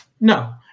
No